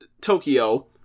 Tokyo